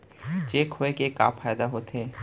Cheque होए के का फाइदा होथे?